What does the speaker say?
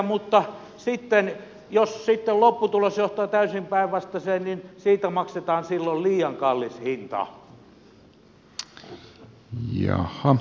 mutta jos sitten lopputulos johtaa täysin päinvastaiseen niin siitä maksetaan silloin liian kallis hinta